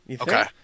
Okay